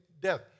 death